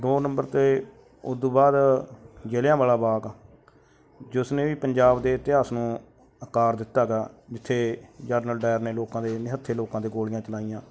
ਦੋ ਨੰਬਰ 'ਤੇ ਉਹ ਤੋਂ ਬਾਅਦ ਜਲਿਆਂਵਾਲਾ ਬਾਗ ਜਿਸ ਨੇ ਵੀ ਪੰਜਾਬ ਦੇ ਇਤਿਹਾਸ ਨੂੰ ਅਕਾਰ ਦਿੱਤਾ ਗਾ ਜਿੱਥੇ ਜਰਨਲ ਡਾਇਰ ਨੇ ਲੋਕਾਂ ਦੇ ਨਿਹੱਥੇ ਲੋਕਾਂ 'ਤੇ ਗੋਲੀਆਂ ਚਲਾਈਆਂ